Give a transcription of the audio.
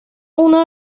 uno